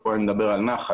ופה אני מדבר על נחל,